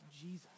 Jesus